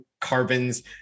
carbon's